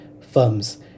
firms